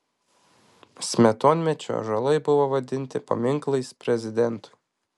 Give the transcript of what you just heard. smetonmečiu ąžuolai buvo vadinti paminklais prezidentui